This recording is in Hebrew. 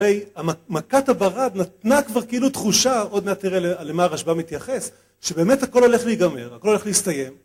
מכת הברד נתנה כבר כאילו תחושה, עוד מעט נראה למה הרשב"ה מתייחס, שבאמת הכל הולך להיגמר, הכל הולך להסתיים.